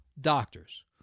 doctors